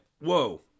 whoa